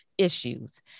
issues